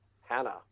Hannah